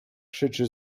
krzyczy